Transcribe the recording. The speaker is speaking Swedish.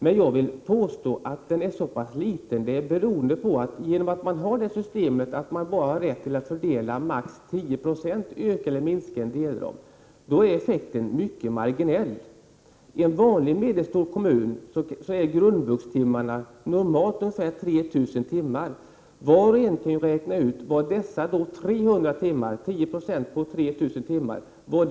Men jag påstår att det beror på att man enligt systemet bara har rätt att fördela maximalt 10 2 när man ökar eller minskar en delram. Effekten blir då mycket marginell. I en vanlig medelstor kommun är antalet grundvuxtimmar normalt ungefär 3 000. Var och en kan räkna ut vad 300 timmar, 10 96 av 3 000 timmar, ger.